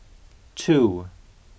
two